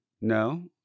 no